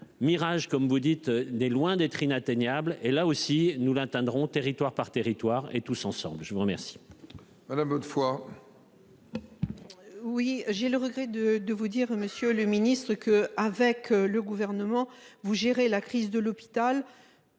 Mirage comme vous dites n'est loin d'être inatteignable et là aussi nous l'atteindrons territoire par territoire, et tous ensemble. Je vous remercie. Ah la bonne foi. Oui j'ai le regret de de vous dire Monsieur le Ministre que avec le gouvernement. Vous gérez la crise de l'hôpital.